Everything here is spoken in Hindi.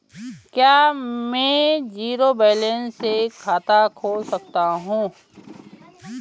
क्या में जीरो बैलेंस से भी खाता खोल सकता हूँ?